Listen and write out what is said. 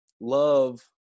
love